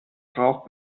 braucht